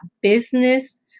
business